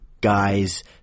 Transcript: guys